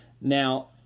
Now